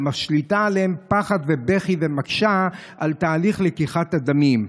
שמשליטה עליהם פחד ובכי שמקשה על תהליך לקיחת הדמים.